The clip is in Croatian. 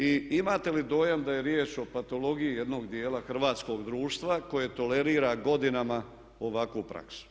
Imate li dojam da je riječ o patologiji jednog dijela hrvatskog društva koje tolerira godinama ovakvu praksu?